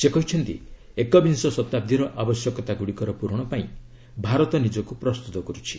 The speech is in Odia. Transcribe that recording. ସେ କହିଛନ୍ତି ଏକବିଂଶ ଶତାବ୍ଦୀର ଆବଶ୍ୟକତାଗୁଡ଼ିକର ପ୍ରରଣ ପାଇଁ ଭାରତ ନିଜକୁ ପ୍ରସ୍ତୁତ କରୁଛି